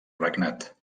regnat